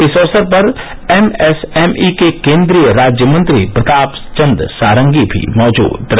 इस अवसर पर एम एस एम ई के केन्द्रीय राज्य मंत्री प्रताप चन्द सारंगी भी मौजूद रहे